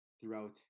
throughout